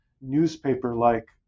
newspaper-like